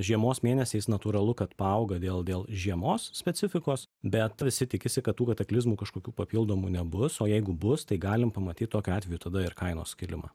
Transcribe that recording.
žiemos mėnesiais natūralu kad paauga dėl dėl žiemos specifikos bet visi tikisi kad tų kataklizmų kažkokių papildomų nebus o jeigu bus tai galim pamatyt tokiu atveju tada ir kainos kilimą